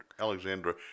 Alexandra